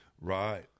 Right